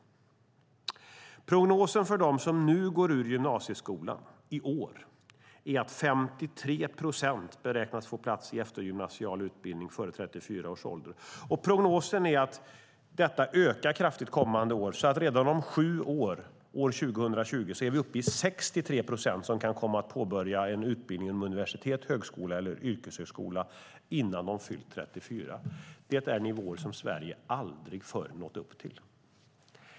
Prognosen för dem som nu går ur gymnasieskolan, i år, är att 53 procent beräknas få plats i eftergymnasial utbildning före 34 års ålder. Och prognosen är att detta ökar kraftigt kommande år, så att vi redan om sju år, 2020, är uppe i 63 procent som kan komma att påbörja en utbildning inom universitet, högskola eller yrkeshögskola innan de fyllt 34. Det är nivåer som Sverige aldrig förr nått upp till.